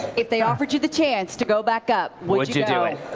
if they offered you the chance to go back up, would you do it?